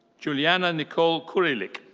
julianna nicole kuryluk.